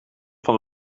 van